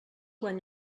quan